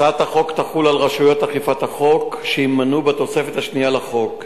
הצעת החוק תחול על רשויות אכיפת החוק שיימנו בתוספת השנייה לחוק,